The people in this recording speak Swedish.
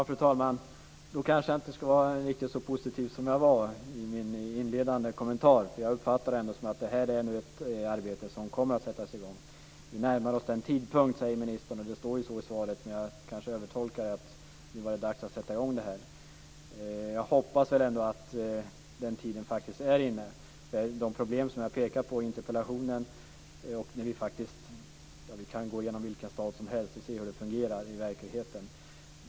Fru talman! Då kanske jag inte ska vara riktigt så positiv som jag var i min inledande kommentar. Jag uppfattade att detta är ett arbete som kommer att sättas i gång. Vi närmar oss den tidpunkten, säger ministern, och det står ju så i svaret. Men jag kanske övertolkade det med att det nu var dags att sätta i gång detta. Jag hoppas ändå att den tiden faktiskt är inne då de problem som jag har pekat på i interpellationen uppmärksammas. Vi kan gå igenom vilken stad som helst för att se hur det fungerar i verkligheten.